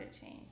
change